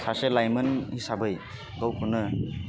सासे लाइमोन हिसाबै गावखौनो